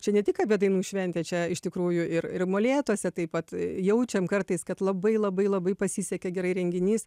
čia ne tik apie dainų šventę čia iš tikrųjų ir ir molėtuose taip pat jaučiam kartais kad labai labai labai pasisekė gerai renginys